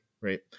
right